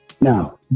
Now